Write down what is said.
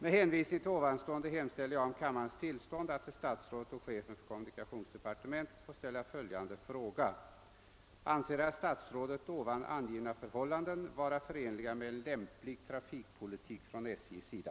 Med hänvisning till det anförda hemställer jag om kammarens tillstånd att till statsrådet och chefen för kommunikationsdepartementet få ställa följande fråga: Anser herr statsrådet de angivna förhållandena vara förenliga med en lämplig trafikpolitik från SJ:s sida?